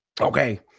Okay